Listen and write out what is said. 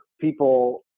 People